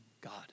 God